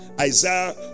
Isaiah